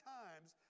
times